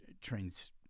trains